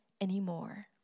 anymore